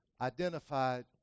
identified